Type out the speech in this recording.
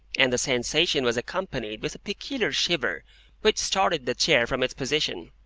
and the sensation was accompanied with a peculiar shiver which started the chair from its position.